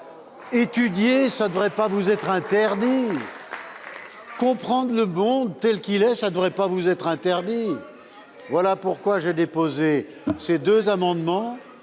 Étudier ne devrait pas vous être interdit ! Comprendre le monde tel qu'il est ne devrait pas vous être interdit ! Voilà pourquoi j'ai déposé ces deux amendements